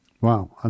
Wow